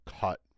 cut